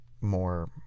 more